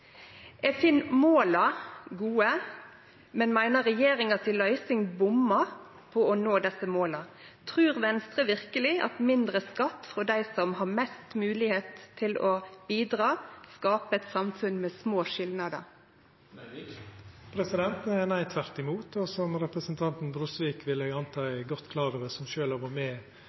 Eg finn måla gode, men meiner løysinga til regjeringa bommar på å nå desse måla. Trur Venstre verkeleg at mindre skatt frå dei som har størst moglegheit til å bidra, skapar eit samfunn med små skilnader? Nei, tvert imot. Og som eg vil anta at representanten Brosvik er godt klar over, som sjølv har vore med